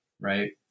right